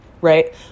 right